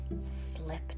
slipped